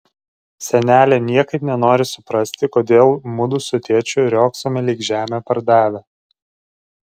senelė niekaip nenori suprasti kodėl mudu su tėčiu riogsome lyg žemę pardavę